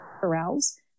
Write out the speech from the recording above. corrals